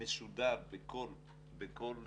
מסודר בכל רשות,